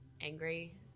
angry